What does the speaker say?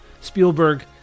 Spielberg